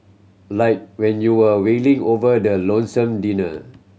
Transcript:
like when you're wailing over the lonesome dinner